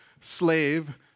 slave